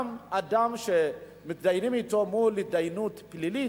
אדם שמתדיינים אתו התדיינות פלילית,